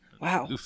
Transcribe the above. Wow